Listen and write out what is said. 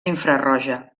infraroja